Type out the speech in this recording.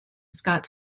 scott